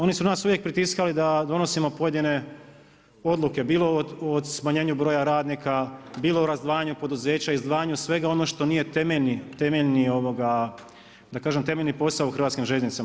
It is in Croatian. Oni su nas uvijek pritiskali da donosimo pojedine odluke bilo o smanjenju broja radnika, bilo o razdvajanju poduzeća i razdvajanju svega onog što nije temeljni, da kažem temeljni posao u Hrvatskim željeznicama.